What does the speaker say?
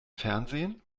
fernsehen